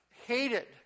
hated